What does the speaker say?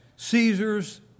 Caesar's